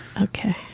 Okay